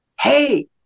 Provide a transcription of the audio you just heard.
Hey